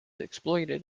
exploited